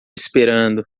esperando